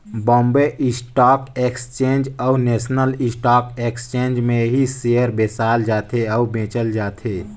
Bombay stock exchange अउ national stock exchange में ही सेयर बेसाल जाथे अउ बेंचल जाथे